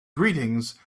greetings